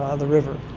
ah the river.